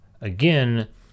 again